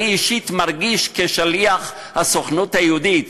אני אישית מרגיש, כשליח הסוכנות היהודית,